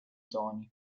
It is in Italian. tony